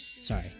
Sorry